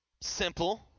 simple